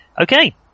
Okay